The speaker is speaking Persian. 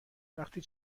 وقتی